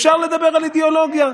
לדבר על אידיאולוגיה,